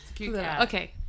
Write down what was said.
okay